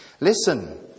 Listen